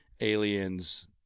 aliens